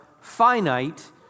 finite